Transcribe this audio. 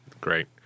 Great